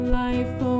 life